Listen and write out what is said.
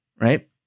Right